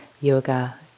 Yoga